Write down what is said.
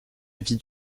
vie